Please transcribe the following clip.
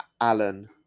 Alan